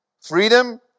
Freedom